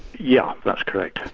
yeah, that's correct.